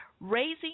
raising